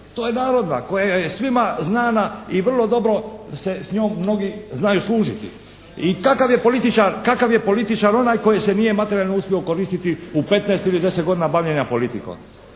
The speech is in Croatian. To je narodna koja je svima znana i vrlo dobro se s njom mnogi znaju služiti. I kakav je političar onaj koji se nije materijalno uspio okoristiti u petnaest ili deset godina bavljenja politikom.